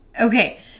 Okay